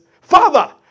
Father